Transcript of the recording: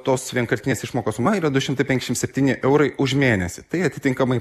tos vienkartinės išmokos suma yra du šimtai penkšim septyni eurai už mėnesį tai atitinkamai